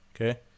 okay